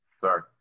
Sorry